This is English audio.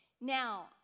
Now